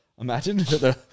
Imagine